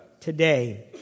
today